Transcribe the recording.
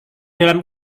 dalam